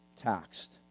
taxed